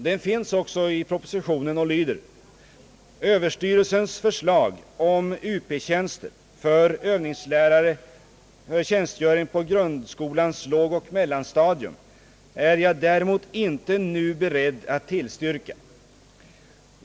Den finns också i propositionen och lyder: »Över styrelsens förslag om Up-tjänster för övningslärare för tjänstgöring på grundskolans lågoch mellanstadium är jag däremot inte nu beredd att tillstyrka.